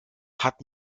hat